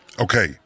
Okay